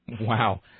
Wow